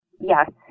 Yes